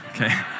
Okay